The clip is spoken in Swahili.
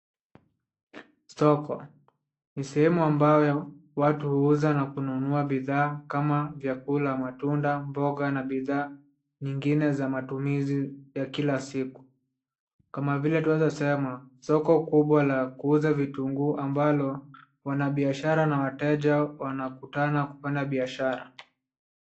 Soko, ni sehemu ambayo watu huuza na kununua bidhaa kama vyakula, matunda, mboga na bidhaa nyingine za matumizi ya kila siku kama vile tunaeza sema soko kubwa la kuuza vitunguu ambalo wanbiashara na wateja wanakutana kufanya biashara.